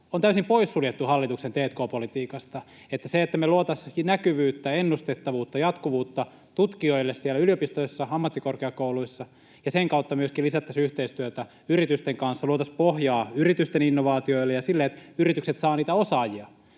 on täysin pois suljettu hallituksen t&k-politiikasta? Se, että me luotaisiin näkyvyyttä, ennustettavuutta ja jatkuvuutta tutkijoille yliopistoissa ja ammattikorkeakouluissa ja sen kautta myöskin lisättäisiin yhteistyötä yritysten kanssa ja luotaisiin pohjaa yritysten innovaatioille ja sille, että yritykset saavat niitä osaajia.